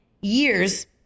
years